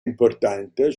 importante